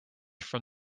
from